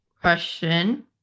question